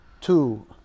two